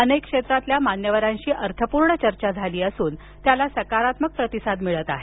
अनेक क्षेत्रातील मान्यवरांशी अर्थपूर्ण चर्चा झाली असून त्याला सकारात्मक प्रतिसाद मिळत आहे